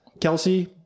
Kelsey